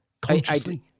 consciously